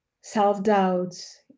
self-doubts